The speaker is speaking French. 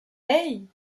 hey